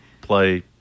play